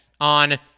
on